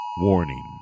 Warning